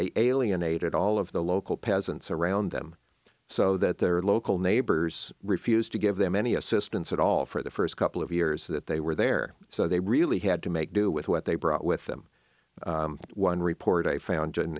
they alienated all of the local peasants around them so that their local neighbors refused to give them any assistance at all for the first couple of years that they were there so they really had to make do with what they brought with them one report of a foun